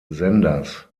senders